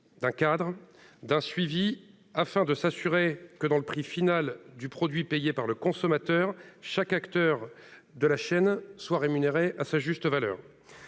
d'un cadre et d'un suivi, afin de nous assurer que, dans le prix final du produit payé par le consommateur, chaque acteur soit rémunéré à sa juste valeur.